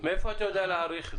איך אתה יודע להעריך?